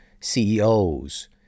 CEOs